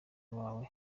wawe